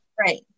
Right